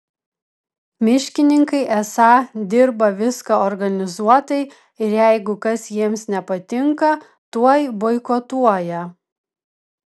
miškininkai esą dirba viską organizuotai ir jeigu kas jiems nepatinka tuoj boikotuoja